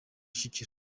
kicukiro